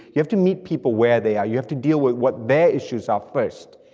you have to meet people where they are, you have to deal with what their issues are first,